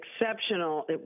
exceptional